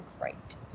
great